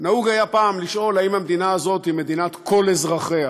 נהוג היה פעם לשאול אם המדינה הזאת היא מדינת כל אזרחיה,